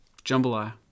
jambalaya